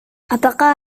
apakah